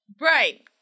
Right